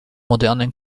modernen